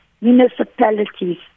municipalities